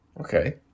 Okay